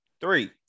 three